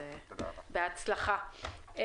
בהצלחה.